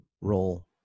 role